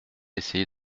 essayé